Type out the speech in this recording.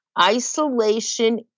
Isolation